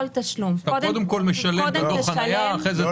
אתה קודם כול משלם את דוח החנייה ואחר כך מערער.